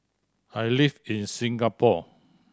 I live in Singapore